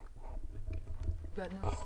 שיש קורונה --- שני הצדדים ידעו.